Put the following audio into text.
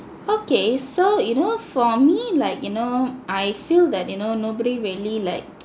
okay so you know for me like you know I feel that you know nobody really like